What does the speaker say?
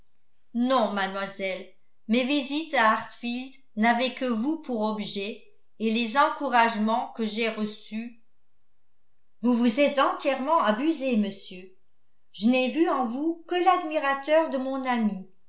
non mademoiselle mes visites à hartfield n'avaient que vous pour objet et les encouragements que j'ai reçus vous vous êtes entièrement abusé monsieur je n'ai vu en vous que l'admirateur de mon amie